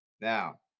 Now